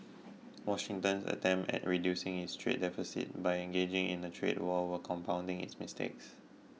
Washington's attempts at reducing its trade deficit by engaging in a trade war were compounding its mistakes